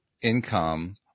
income